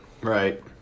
right